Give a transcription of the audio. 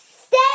Stay